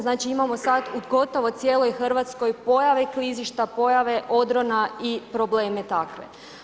Znači imamo sad u gotovo cijeloj Hrvatskoj pojave klizišta, pojave odrona i probleme takve.